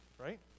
right